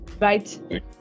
right